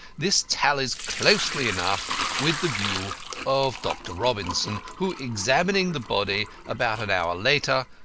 this tallies closely enough with the view of dr. robinson, who, examining the body about an hour later,